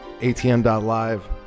atm.live